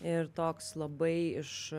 ir toks labai iš